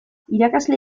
irakasle